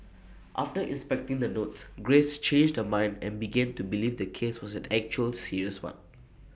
after inspecting the notes grace changed her mind and began to believe the case was an actual serious one